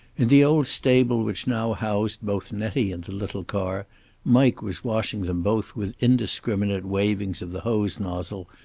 in the old stable which now housed both nettie and the little car mike was washing them both with indiscriminate wavings of the hose nozzle,